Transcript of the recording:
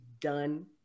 done